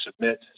submit